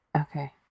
okay